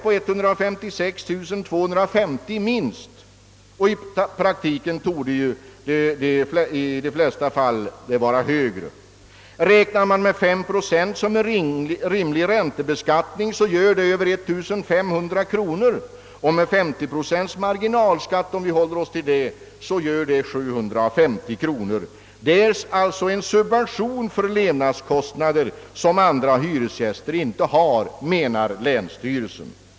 Om man anser en räntebeskattning av 5 Z rimlig innebär detta att en inkomst på mer än 1 500 kr. årligen skulle undantas från beskattning i detta fall. Detta betyder ett slags skattesubvention vid 50 Z marginalskatt på 750 kr. Den som bebor en lägenhet i en vanlig hyresfastighet utan statligt lån får inte någon liknande subvention för täckande av sin bostadskostnad».